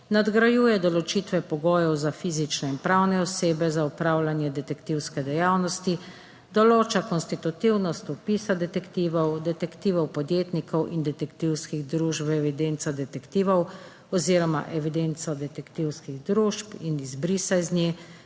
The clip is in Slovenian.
Nadgrajuje določitve pogojev za fizične in pravne osebe za opravljanje detektivske dejavnosti. Določa konstitutivnost vpisa detektivov, detektivov podjetnikov in detektivskih družb v evidenco detektivov oziroma evidenco detektivskih družb in izbrisa iz nje.